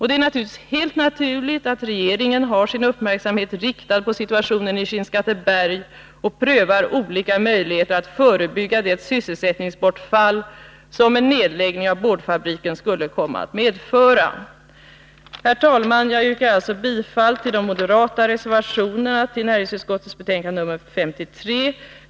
Det är helt naturligt att regeringen har sin uppmärksamhet riktad på situationen i Skinnskatteberg och prövar olika möjligheter att förebygga det sysselsättningsbortfall som en nedläggning av boardfabriken skulle komma att medföra. Herr talman! Jag yrkar alltså bifall till de moderata reservationerna till näringsutskottets betänkande nr 53.